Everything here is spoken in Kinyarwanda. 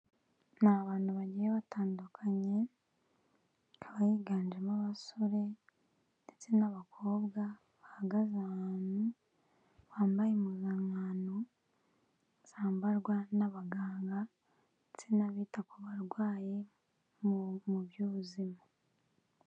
Ni abantu bagiye batandukanye hakaba higanjemo abasore ndetse n'abakobwa, bahagaze ahantu bambaye impuzankano zambarwa n'abaganga ndetse n'abita ku barwayi mu by'ubuzima.